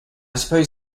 suppose